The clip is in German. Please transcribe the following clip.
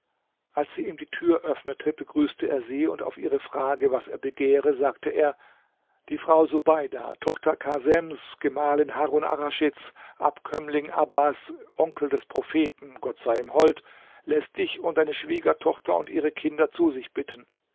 als sie ihm die tür öffnete begrüßte er sie und auf ihre frage was er begehre sagte er die frau subeida tochter kasems gemahlin harun arraschids abkömmlings abbas onkel des propheten gott sei ihm hold läßt dich und deine schwiegertochter und ihre kinder zu sich bitten